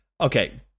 Okay